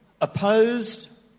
opposed